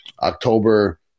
october